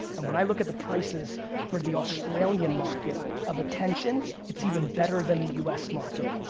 and when i look at the prices for the australian market of attention, it's even better than the u s. market.